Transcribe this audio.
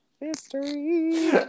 History